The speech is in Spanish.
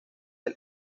del